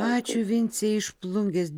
ačiū vincei iš plungės